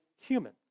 human